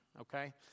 okay